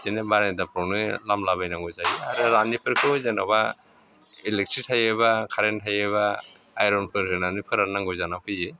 बिदिनो बारान्दाफ्रावनो लामलाबायनांगौ जायो आरो रानैफोरखौ जेनेबा इलेक्ट्रिक थायोबा कारेन्ट थायोबा आयर'नफोर होनानै फोराननांगौ जानानै फैयो